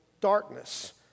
darkness